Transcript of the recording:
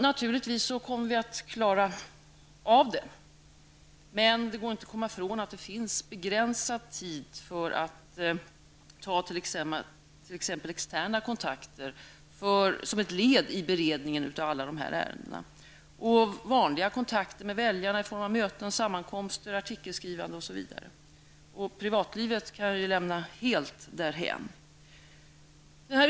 Naturligtvis kommer vi att klara av det, men det går inte att komma ifrån att det finns begränsad tid för att t.ex. ta externa kontakter som ett led i beredningen av alla de här ärendena liksom för vanliga kontakter med väljarna i form av möten och sammankomster, artikelskrivande osv. Privatlivet kan jag lämna helt därhän.